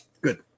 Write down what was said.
Good